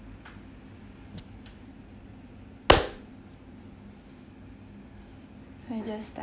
I just start